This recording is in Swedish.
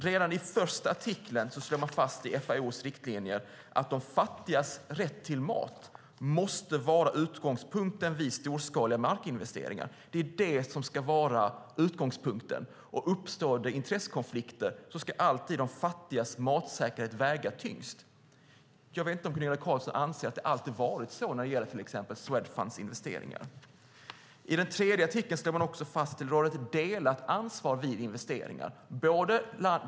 Redan i första artikeln i FAO:s riktlinjer slår man fast att de fattigas rätt till mat måste vara utgångspunkten vid storskaliga markinvesteringar. Det är det som ska vara utgångspunkten. Om det uppstår intressekonflikter ska alltid de fattigas matsäkerhet väga tyngst. Jag vet inte om Gunilla Carlsson anser att det alltid har varit så när det gäller till exempel Swedfunds investeringar. I den tredje artikeln slår man också fast att det råder ett delat ansvar vid investeringar.